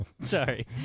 Sorry